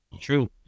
true